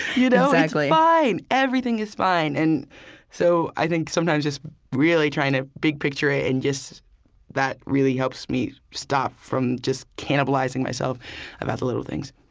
you know exactly it's fine. everything is fine. and so i think sometimes just really trying to big-picture it and just that really helps me stop from just cannibalizing myself about the little things